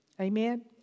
Amen